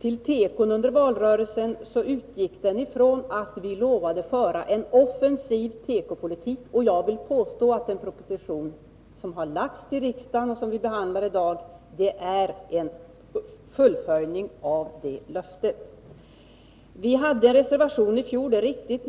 till tekoindustrin under valrörelsen utgick det ifrån att vi lovade föra en offensiv tekopolitik, och jag vill påstå att den proposition som lagts fram för riksdagen och som vi behandlar i dag är ett fullföljande av det löftet. Vi hade en reservation i fjol — det är riktigt.